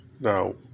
Now